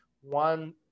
one